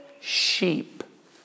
sheep